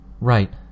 Right